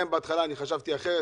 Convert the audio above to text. גם אם בהתחלה חשבתי אחרת,